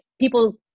people